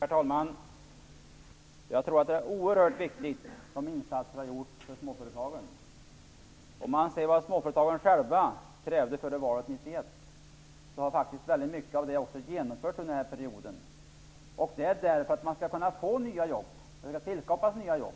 Herr talman! Jag tror att de insatser som har gjorts för småföretagen är oerhört viktiga. Mycket av det som småföretagarna själva krävde före valet 1991 har genomförts under den här perioden. Avsikten var att det skulle tillskapas nya jobb,